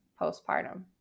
postpartum